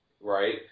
Right